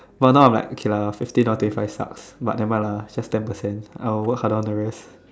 but now I'm like okay lah fifteen out of twenty five sucks but never mind lah it's just ten percent I'll work hard on the rest